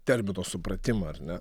termino supratimą ar ne